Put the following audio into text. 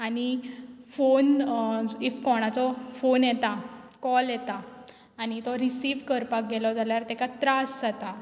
आनी phone if कोणाचो phone येता कॉल येता आनी तो रिसीव करपाक गेलो जाल्यार तेका त्रास जाता